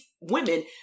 women